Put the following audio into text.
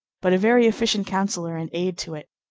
but a very efficient counselor and aid to it.